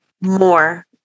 more